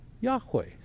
Yahweh